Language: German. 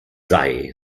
sei